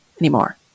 anymore